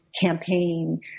campaign